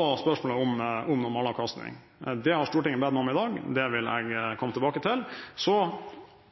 og spørsmålet om normalavkastning. Det kommer Stortinget til å be meg om i dag, det vil jeg komme tilbake til. Så